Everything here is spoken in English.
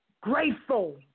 grateful